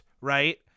right